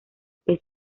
peso